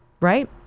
right